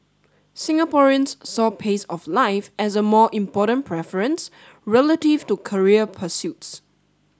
Singaporeans saw pace of life as a more important preference relative to career pursuits